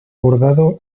bordado